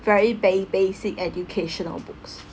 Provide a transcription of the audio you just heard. very ba~ basic educational books